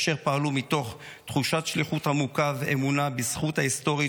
אשר פעלו מתוך תחושת שליחות עמוקה ואמונה בזכות ההיסטורית